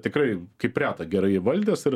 tikrai kaip reta gerai įvaldęs ir